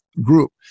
group